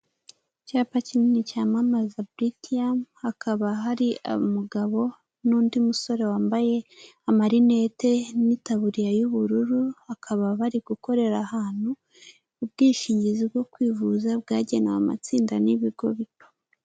Icyapa kinini cyamamaza Buritiyamu hakaba hari umugabo n'undi musore wambaye amarinete n'itaburiya y'ubururu, bakaba bari gukorera ahantu, ubwishingizi bwo kwivuza bwagenewe amatsinda n'ibigo bito.